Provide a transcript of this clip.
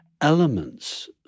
elements